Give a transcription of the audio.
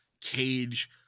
cage